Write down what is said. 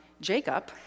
jacob